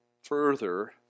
Further